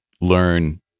learn